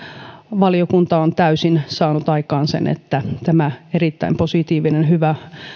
valiokunta on täysin saanut aikaan sen että tämä lainsäädäntö erittäin positiivinen hyvä